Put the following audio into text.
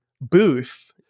booth